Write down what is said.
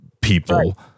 people